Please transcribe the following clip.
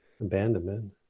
abandonment